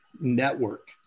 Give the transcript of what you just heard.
Network